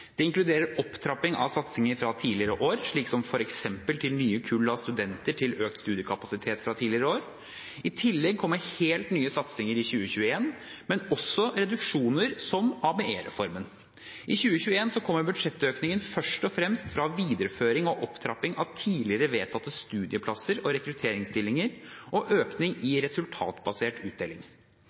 Det inkluderer opptrapping av satsinger fra tidligere år, slik som f.eks. til nye kull av studenter til økt studiekapasitet fra tidligere år. I tillegg kommer helt nye satsinger i 2021, men også reduksjoner som ABE-reformen. I 2021 kommer budsjettøkningen først og fremst fra videreføring og opptrapping av tidligere vedtatte studieplasser og rekrutteringsstillinger og økning i resultatbasert